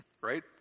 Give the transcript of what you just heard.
right